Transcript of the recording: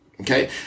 Okay